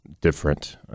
different